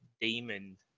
demon